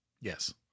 yes